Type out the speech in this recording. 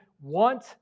want